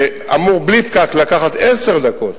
מה שאמור בלי פקק לקחת עשר דקות